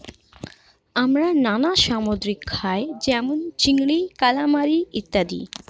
আমরা নানা সামুদ্রিক খাই যেমন চিংড়ি, কালামারী ইত্যাদি